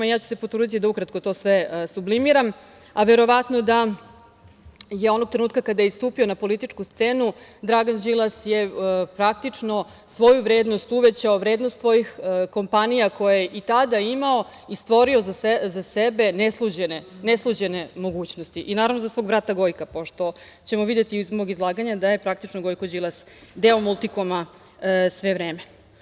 Ja ću se potruditi da ukratko sve sublimiram, ali verovatno da je onog trenutka kada je stupio na političku scenu Dragan Đilas je praktično svoju vrednost uvećao, vrednost svojih kompanija koje je i tada imao i stvorio za sebe nesluđene mogućnosti, i naravno za svog brata Gojka, pošto ćemo videti iz mog izlaganja da je praktično Gojko Đilas deo Multikoma sve vreme.